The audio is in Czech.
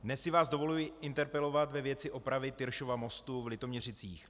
Dnes si vás dovoluji interpelovat ve věci opravy Tyršova mostu v Litoměřicích.